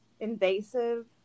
invasive